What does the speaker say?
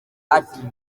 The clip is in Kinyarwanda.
ati